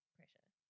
pressure